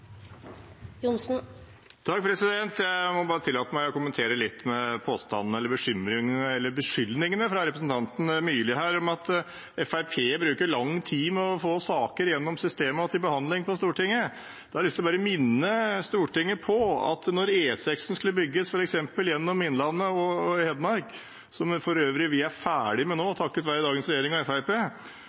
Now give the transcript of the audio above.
Jeg må bare tillate meg å kommentere litt rundt påstandene, eller beskyldningene, fra representanten Myrli om at Fremskrittspartiet bruker lang tid på å få saker gjennom systemet og til behandling på Stortinget. Da har jeg bare lyst til å minne Stortinget om at da E6 skulle bygges, f.eks. gjennom Innlandet og Hedmark, noe vi for øvrig er ferdige med nå, takket være dagens regjering